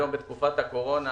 היום בתקופת הקורונה